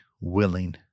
willing